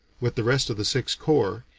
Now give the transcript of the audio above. with the rest of the sixth corps,